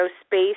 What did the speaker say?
space